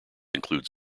include